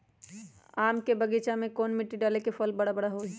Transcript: आम के बगीचा में कौन मिट्टी डाले से फल बारा बारा होई?